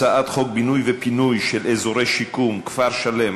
הצעת חוק בינוי ופינוי של אזורי שיקום (כפר-שלם),